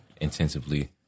intensively